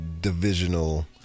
divisional